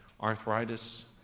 Arthritis